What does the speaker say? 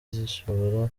zishobora